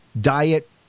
diet